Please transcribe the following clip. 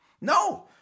No